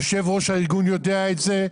יושב-ראש הארגון יודע את זה.